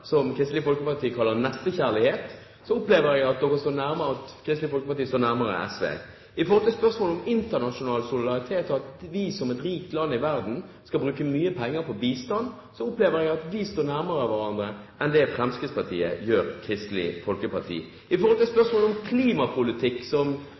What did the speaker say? som Kristelig Folkeparti kaller nestekjærlighet, opplever jeg at Kristelig Folkeparti står nærmere SV. I spørsmål om internasjonal solidaritet og at vi som et rikt land i verden skal bruke mye penger på bistand, opplever jeg at vi står nærmere hverandre enn det Fremskrittspartiet og Kristelig Folkeparti gjør. I spørsmål om klimapolitikk, som